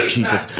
Jesus